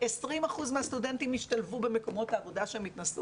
20% מהסטודנטים השתלבו במקומות העבודה שהם התנסו